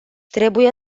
trebuie